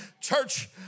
church